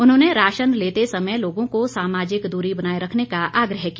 उन्होंने राशन लेते समय लोगों को सामाजिक दूरी बनाये रखने का आग्रह किया